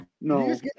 No